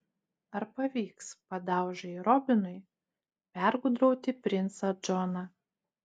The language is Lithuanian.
ar pavyks padaužai robinui pergudrauti princą džoną